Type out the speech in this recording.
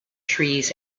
trees